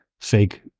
fake